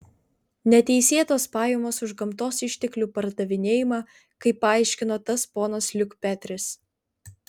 neteisėtos pajamos už gamtos išteklių pardavinėjimą kaip paaiškino tas ponas liukpetris